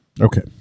okay